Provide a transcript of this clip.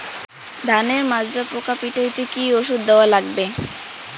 ধানের মাজরা পোকা পিটাইতে কি ওষুধ দেওয়া লাগবে?